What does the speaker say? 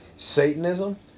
Satanism